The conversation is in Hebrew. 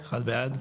הצבעה בעד,